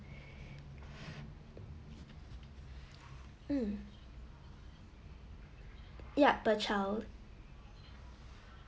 um yup per child